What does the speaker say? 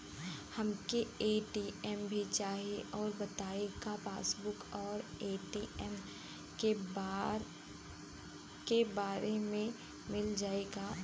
हमके ए.टी.एम भी चाही राउर बताई का पासबुक और ए.टी.एम एके बार में मील जाई का?